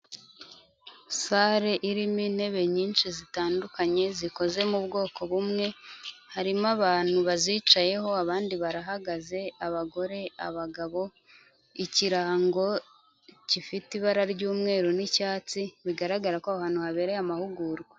Sare irimo intebe nyinshi zitandukanye zikoze muko bumwe harimo abantu bazicayeho abandi barahagaze abagore, abagabo; ikirango gifite ibara ry'umweru n'icyatsi bigaragara ko aho hantu habereye amahugurwa.